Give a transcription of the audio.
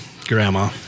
grandma